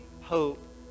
hope